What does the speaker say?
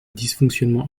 dysfonctionnements